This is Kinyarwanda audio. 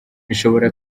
ishobora